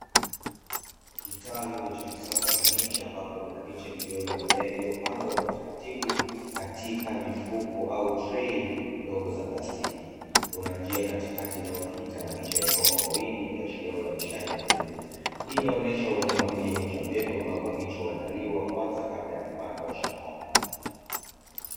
Kitalu cha kisasa cha miche, ambapo kuna miche midogo ya mimea iliyopandwa kwa utaratibu, katika mifuko au trei ndogo za plastiki, kuna njia katikati inayopita na miche imepandwa kwa wingi ikiashiria uzalishaji mkubwa. Hii inaonesha umuhimu wa kilimo cha mbegu, ambapo miche huandaliwa kwanza kabla ya kupandwa shambani.